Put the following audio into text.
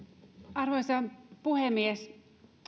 arvoisa puhemies